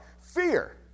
Fear